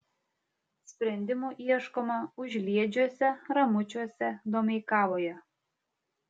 sprendimų ieškoma užliedžiuose ramučiuose domeikavoje